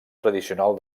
tradicional